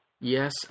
yes